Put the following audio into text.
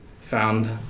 found